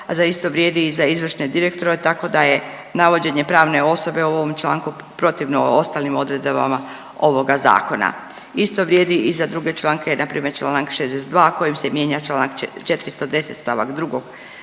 a za isto vrijedi i za izvršne direktore tako da je navođenje pravne osobe u ovom članku protivno ostalim odredbama ovoga zakona. Isto vrijedi i za druge članke, na primjer članak 62. kojim se mijenja članak 410. stavak 2.